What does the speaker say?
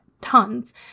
tons